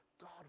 god